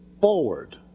forward